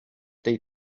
tej